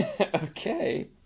Okay